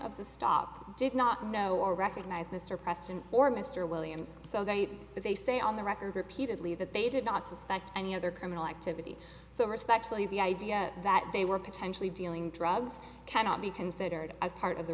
of the stop did not know or recognize mr preston or mr williams so they but they say on the record repeatedly that they did not suspect any other criminal activity so respectfully the idea that they were potentially dealing drugs cannot be considered as part of the